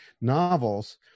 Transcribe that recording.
novels